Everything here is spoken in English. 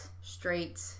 straight